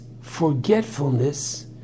forgetfulness